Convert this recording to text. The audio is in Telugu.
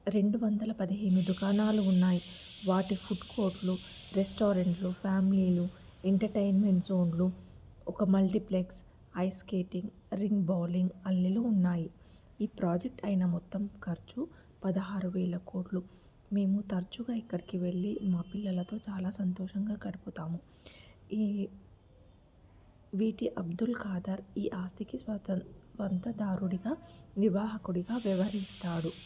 రెండు వందల పదిహేను దుకాణాలు ఉన్నాయి వాటి ఫుడ్ కోర్టులు రెస్టారెంట్లు ఫ్యామిలీలు ఎంటర్టైన్మెంట్ జోన్లు ఒక multiplex ice skating rink bowling హల్లులు ఉన్నాయి ఈ ప్రాజెక్ట్ అయిన మొత్తం ఖర్చు పదహారు వేల కోట్లు మేము తరచుగా ఇక్కడికి వెళ్ళి మా పిల్లలతో చాలా సంతోషంగా గడుపుతాము ఈ వీటి అబ్దుల్ ఖాదర్ ఈ ఆస్తికి సొంతదారుడిగా వివాహకుడిగా వ్యవహరిస్తాడు